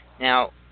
Now